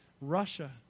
Russia